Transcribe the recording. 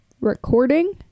recording